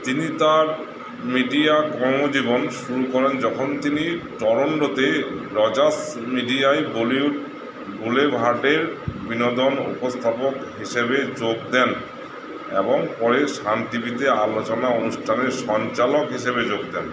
তিনি তাঁর মিডিয়া কর্মজীবন শুরু করেন যখন তিনি টরন্টোতে রজাস মিডিয়ায় বলিউড বুলেভার্ডের বিনোদন উপস্থাপক হিসেবে যোগ দেন এবং পরে সান টিভিতে আলোচনা অনুষ্ঠানের সঞ্চালক হিসেবে যোগ দেন